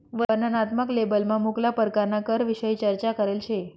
वर्णनात्मक लेबलमा मुक्ला परकारना करविषयी चर्चा करेल शे